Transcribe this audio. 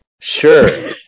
Sure